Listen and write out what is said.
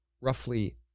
roughly